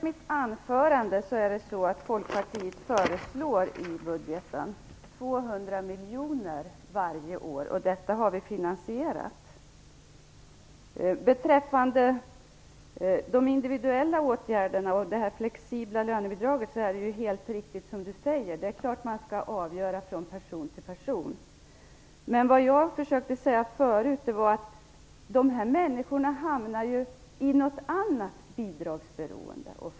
Herr talman! Som jag sade i mitt anförande föreslår Folkpartiet i budgeten 200 miljoner kronor extra årligen, och detta har vi finansierat. Beträffande de individuella åtgärderna och det flexibla lönebidraget är det helt riktigt som Sonja Fransson säger, att man naturligtvis skall avgöra från person till person. Men vad jag tidigare försökte säga är att dessa människor ofta hamnar i något annat bidragsberoende.